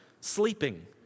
sleeping